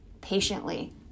patiently